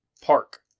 Park